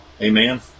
amen